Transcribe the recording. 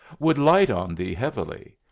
would light on thee heavily.